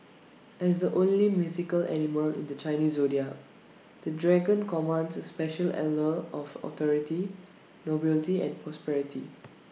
as the only mythical animal in the Chinese Zodiac the dragon commands A special allure of authority nobility and prosperity